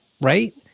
right